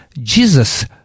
Jesus